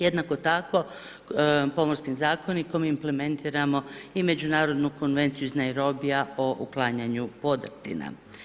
Jednako tako, Pomorskim zakonikom implementiramo i međunarodnu konvenciju iz Nairobia o uklanjanju podrtina.